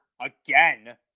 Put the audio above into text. again